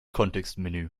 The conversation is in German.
kontextmenü